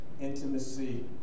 intimacy